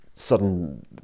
sudden